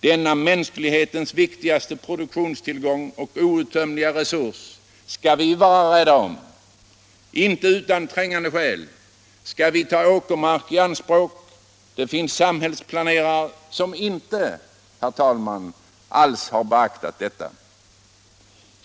Denna mänsklighetens viktigaste produktionstillgång och outtömliga resurs skall vi vara rädda om. Inte utan trängande skäl skall vi ta åkermark i anspråk för annat än livsmedelsproduktion. Det finns, herr talman, samhällsplanerare som inte alls har Allmänpolitisk debatt Allmänpolitisk debatt beaktat detta.